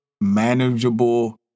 manageable